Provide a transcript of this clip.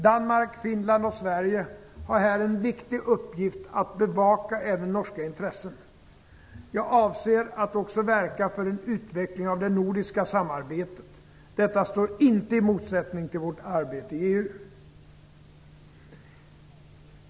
Danmark, Finland och Sverige har här en viktig uppgift att bevaka även norska intressen. Jag avser att också verka för en utveckling av det nordiska samarbetet. Detta står inte i motsättning till vårt arbete i EU.